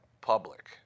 public